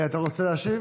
אתה רוצה להשיב?